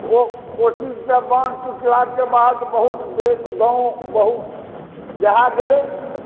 ओ कोशी सॅं बान्ध टुटला के बाद बहुत जे गाँव बहुत दहा गेलै